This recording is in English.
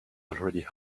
already